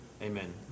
Amen